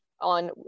on